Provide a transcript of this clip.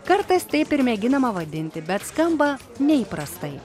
kartais taip ir mėginama vadinti bet skamba neįprastai